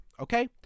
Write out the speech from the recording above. Okay